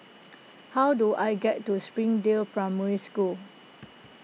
how do I get to Springdale Primary School